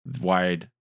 wide